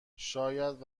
شاید